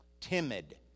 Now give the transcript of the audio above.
Timid